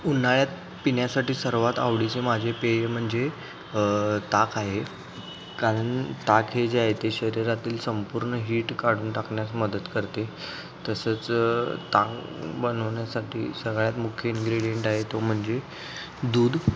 उन्हाळ्यात पिण्यासाठी सर्वात आवडीचे माझे पेय म्हणजे ताक आहे कारन ताक हे जे आहे ते शरीरातील संपूर्ण हीट काढून टाकण्यास मदत करते तसंच ताक बनवण्यासाठी सगळ्यात मुख्य इन्ग्रेडियंट आहे तो म्हणजे दूध